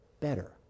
better